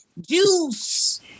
juice